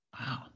Wow